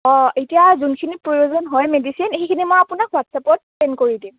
অঁ এতিয়া যোনখিনি প্ৰয়োজন হয় মেডিছিন সেইখিনি মই আপোনাক হোৱাটচএপত চেন্ড কৰি দিম